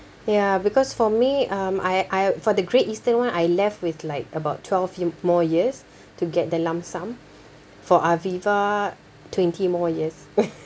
ya because for me um I I for the great eastern one I left with like about twelve i~ more years to get the lump sum for aviva twenty more years